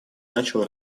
начал